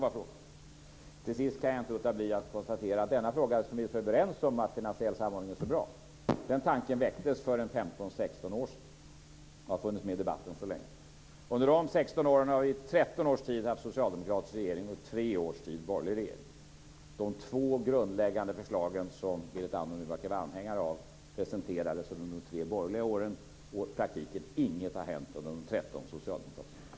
Till sist kan jag inte låta bli att konstatera att denna tanke som vi är så överens om, att finansiell samordning är så bra, väcktes för 15-16 år sedan och har funnits med i debatten så länge. Under de 16 åren har vi i 13 år haft socialdemokratisk regering och i 3 år borgerlig regering. De två grundläggande förslag som Berit Andnor nu verkar vara anhängare av presenterades under de tre borgerliga åren, och i praktiken har inget hänt under de 13 socialdemokratiska åren.